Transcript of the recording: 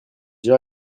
déjà